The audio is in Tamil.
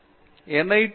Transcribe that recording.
பேராசிரியர் பி